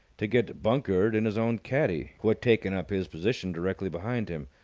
to get bunkered in his own caddie, who had taken up his position directly behind him.